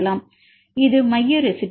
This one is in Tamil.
இது மைய ரெசிடுயு